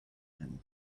and